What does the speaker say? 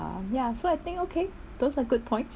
uh ya so I think okay those are good points